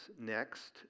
next